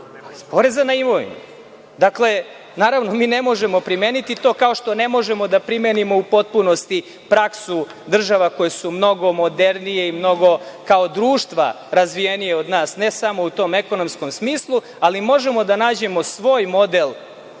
poreza na imovinu. Naravno, mi ne možemo primeniti to, ako što ne možemo da primenimo u potpunosti praksu država koje su mnogo modernije i mnogo kao društva razvijenije od nas, ne samo u tom ekonomskom smislu, ali možemo da nađemo svoj model